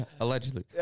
allegedly